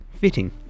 Fitting